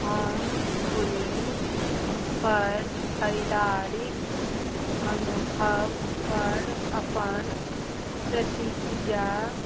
हम बुनिक पर खरीदारिक अनुभव पर अपन प्रतिक्रिया